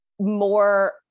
more